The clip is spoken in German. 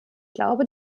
glaube